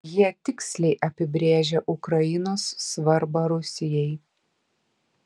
jie tiksliai apibrėžia ukrainos svarbą rusijai